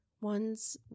ones